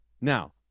Now